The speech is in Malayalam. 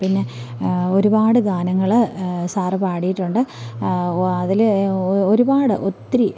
പിന്നെ ഒരുപാട് ഗാനങ്ങള് സാറ് പാടിയിട്ടുണ്ട് അതിലെ ഒരുപാട് ഒത്തിരി